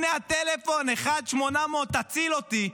הנה הטלפון: 1-800-תציל אותי,